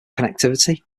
connectivity